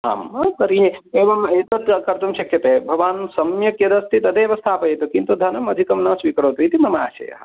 आम् तर्हि एवम् एतत् कर्तुं शक्यते भवान् सम्यक् यदस्ति तदेव स्थापयतु किन्तु धनं अधिकं न स्वीकरोति इति मम आशयः